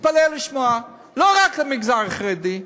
תתפלא לשמוע, לא רק למגזר החרדי.